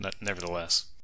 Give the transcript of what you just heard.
nevertheless